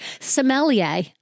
sommelier